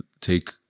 take